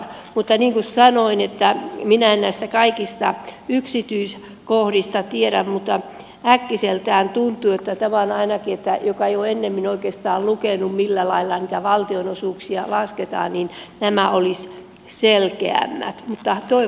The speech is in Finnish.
mutta niin kuin sanoin minä en näistä kaikista yksityiskohdista tiedä mutta äkkiseltään tuntuu että ainakin jos ei ole ennemmin oikeastaan lukenut millä lailla niitä valtionosuuksia lasketaan niin nämä olisivat selkeämmät